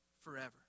forever